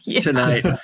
tonight